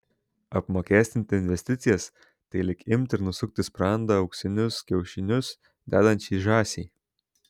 apmokestinti investicijas tai lyg imti ir nusukti sprandą auksinius kiaušinius dedančiai žąsiai